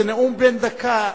זה נאום בן דקה.